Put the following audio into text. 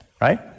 Right